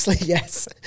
Yes